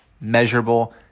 measurable